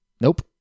Nope